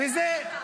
זאת הסתה.